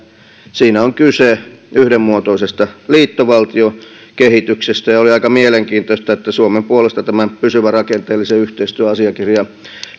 siinä on kyse yhdenmuotoisesta liittovaltiokehityksestä ja oli aika mielenkiintoista että suomen puolesta tämän pysyvän rakenteellisen yhteistyön asiakirjan